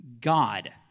God